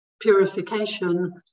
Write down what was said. purification